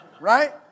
Right